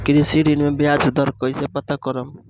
कृषि ऋण में बयाज दर कइसे पता करब?